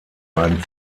einen